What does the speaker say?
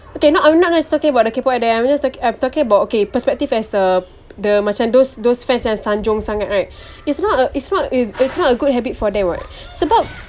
okay not I'm not just talking about the K pop there I'm just talking I'm talking about okay perspective as uh the macam those those fans yang sanjung sangat kan it's not uh it's not it's not a good habit for them [what] sebab